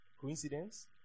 Coincidence